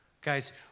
Guys